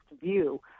view